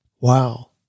Wow